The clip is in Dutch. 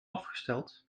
afgesteld